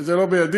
זה לא בידי.